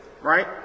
right